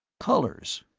colors!